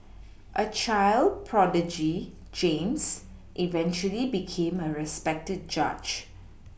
a child prodigy James eventually became a respected judge